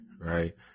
right